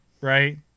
right